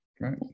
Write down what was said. Right